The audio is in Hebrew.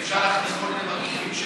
אפשר להכניס כל מיני מרכיבים,